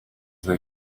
they